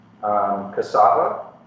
cassava